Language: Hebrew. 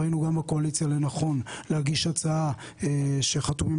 ראינו גם בקואליציה לנכון להגיש הצעה שחתומים